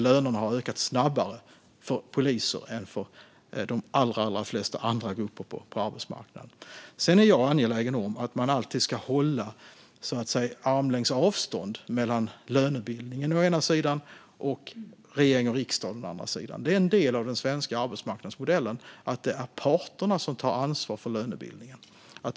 Lönerna har ökat snabbare för poliser än för de allra flesta andra grupper på arbetsmarknaden. Jag är angelägen om att man alltid ska hålla armlängds avstånd mellan lönebildningen å ena sidan och regering och riksdag å andra sidan. Det är en del av den svenska arbetsmarknadsmodellen att det är parterna som tar ansvar för lönebildningen.